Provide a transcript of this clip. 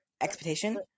expectation